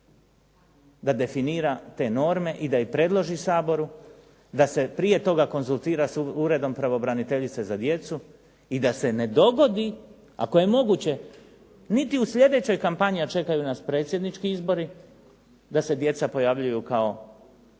da definira te norme i da ih predloži Saboru da se prije toga konzultira sa uredom pravobraniteljice za djecu i da se ne dogodi ako je moguće niti u sljedećoj kampanji a čekaju nas predsjednički izbori da se djeca pojavljuju kao